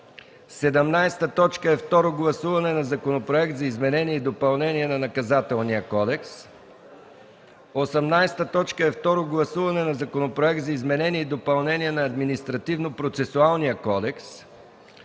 Второ гласуване на Законопроекта за изменение и допълнение на Наказателния кодекс. 18. Второ гласуване на Законопроекта за изменение и допълнение на Административнопроцесуалния кодекс.